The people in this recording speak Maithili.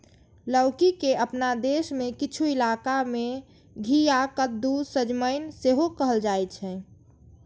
लौकी के अपना देश मे किछु इलाका मे घिया, कद्दू, सजमनि सेहो कहल जाइ छै